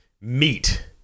meat